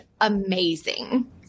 amazing